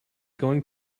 going